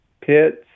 pits